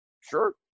Sure